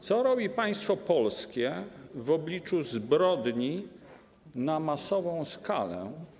Co robi państwo polskie w obliczu zbrodni na masową skalę.